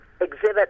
exhibit